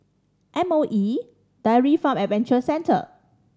M O E Dairy Farm Adventure Centre